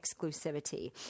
exclusivity